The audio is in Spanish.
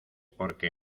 porque